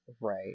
right